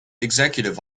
executive